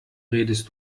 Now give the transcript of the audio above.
redest